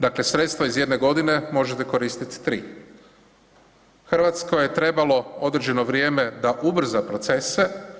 Dakle, sredstva iz jedne godine možete koristiti 3. Hrvatskoj je trebalo određeno vrijeme da ubrza procese.